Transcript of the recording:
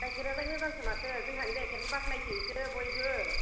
गाइखेरालाय मोजांसो माथो जोंहानि गाइखेरखो बाखनायसोयो बयबो